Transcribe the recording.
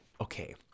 okay